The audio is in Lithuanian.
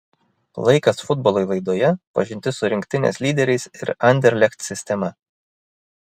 laikas futbolui laidoje pažintis su rinktinės lyderiais ir anderlecht sistema